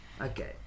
Okay